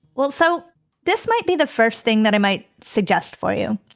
well, so this might be the first thing that i might suggest for you.